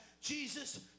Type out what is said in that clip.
Jesus